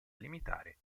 limitare